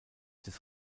des